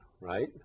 right